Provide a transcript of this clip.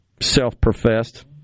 self-professed